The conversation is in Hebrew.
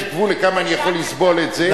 יש גבול לכמה אני יכול לסבול את זה,